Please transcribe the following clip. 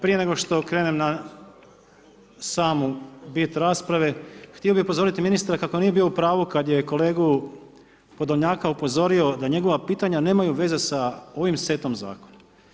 Prije nego što krenemo na samu bit rasprave, htio bi upozoriti ministra kako nije bio u pravu kad je kolegu Podolnjaka upozorio da njegova pitanja nemaju veze sa ovim setom zakona.